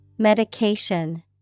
Medication